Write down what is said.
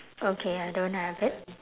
okay I don't have it